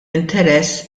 interess